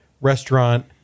restaurant